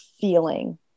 feeling